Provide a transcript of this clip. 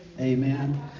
Amen